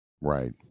Right